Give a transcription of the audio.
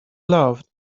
loved